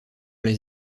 les